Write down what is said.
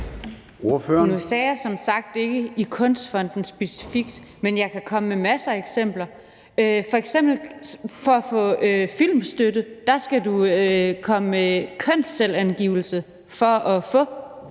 Nu sagde jeg som sagt ikke i Kunstfonden specifikt, men jeg kan komme med masser af eksempler, f.eks. i forhold til at få filmstøtte; der skal du komme med kønsselvangivelse for at få støtte.